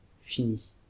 fini